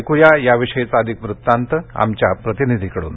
ऐकुया या विषयीचा अधिक वृतांत आमच्या प्रतिनिधींकडून